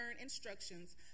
instructions